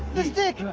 the stick.